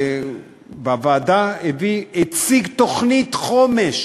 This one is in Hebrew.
הוא הציג בוועדה תוכנית חומש